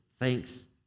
Thanks